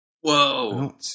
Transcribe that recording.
Whoa